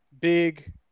big